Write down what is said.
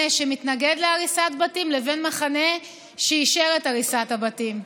שמתנגד להריסת בתים לבין מחנה שאישר את הריסת הבתים.